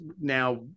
now